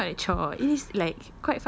it is not a chore it is like